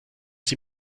sie